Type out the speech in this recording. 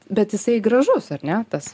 bet jisai gražus ar ne tas